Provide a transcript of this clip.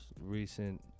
recent